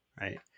right